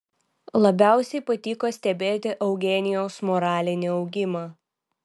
labiausiai patiko stebėti eugenijaus moralinį augimą